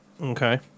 Okay